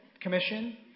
commission